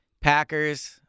Packers